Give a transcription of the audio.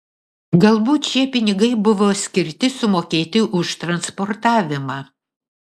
galbūt šie pinigai buvo skirti sumokėti už transportavimą